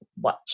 watch